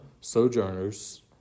sojourners